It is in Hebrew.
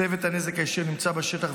צוות הנזק הישיר נמצא בשטח,